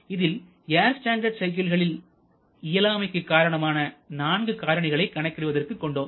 இதில் air standard சைக்கிள்களில் இயலாமைகளுக்கு காரணமான நான்கு காரணிகளை கணக்கிடுவதற்கு கொண்டோம்